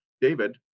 david